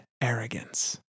arrogance